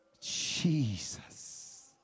Jesus